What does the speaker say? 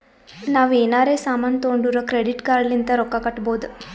ನಾವ್ ಎನಾರೇ ಸಾಮಾನ್ ತೊಂಡುರ್ ಕ್ರೆಡಿಟ್ ಕಾರ್ಡ್ ಲಿಂತ್ ರೊಕ್ಕಾ ಕಟ್ಟಬೋದ್